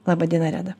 laba diena reda